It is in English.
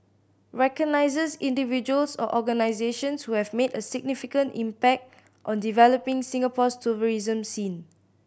recognises individuals or organisations who have made a significant impact on developing Singapore's tourism scene